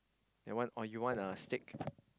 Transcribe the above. that one or you want a steak